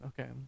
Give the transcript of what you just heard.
okay